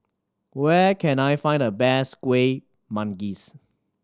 where can I find the best Kueh Manggis